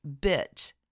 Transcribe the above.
bit